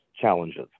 challenges